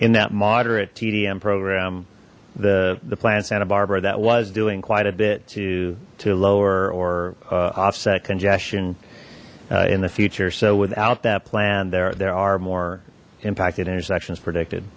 in that moderate tdm program the the plant santa barbara that was doing quite a bit to to lower or offset congestion in the future so without that plan there there are more impacted intersections predicted